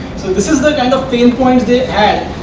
so this is the kind of pain points they had